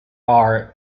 are